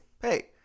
Hey